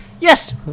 Yes